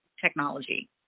technology